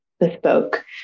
bespoke